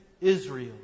Israel